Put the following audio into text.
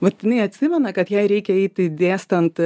būtinai atsimena kad jai reikia eiti dėstant